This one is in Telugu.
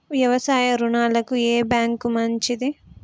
వ్యవసాయ రుణాలకు ఏ బ్యాంక్ మంచిది?